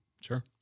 Sure